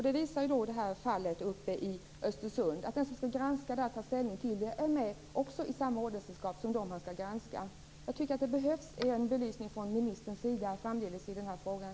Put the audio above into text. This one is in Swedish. Det visar det här fallet i Östersund. Den som skall granska det här och ta ställning till det är med i samma ordenssällskap som de han skall granska. Jag tycker att det framdeles behövs en belysning från ministerns sida i den här frågan.